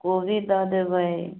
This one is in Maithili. कोबी दऽ देबै